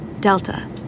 Delta